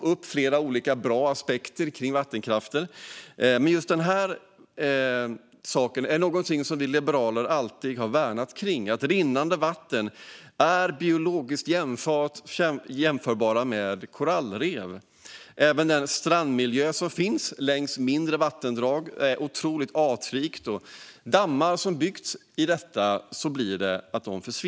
Flera olika bra aspekter på vattenkraften lyfts fram, men just detta är något som vi liberaler alltid har värnat. Rinnande vatten är biologiskt jämförbara med korallrev. Även den strandmiljö som finns längs mindre vattendrag är otroligt artrik, och den försvinner när dammar byggs.